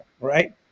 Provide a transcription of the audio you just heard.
right